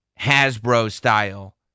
Hasbro-style